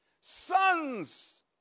sons